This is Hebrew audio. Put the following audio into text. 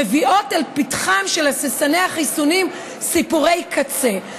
מביאות אל פתחם של הססני החיסונים סיפורי קצה.